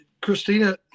Christina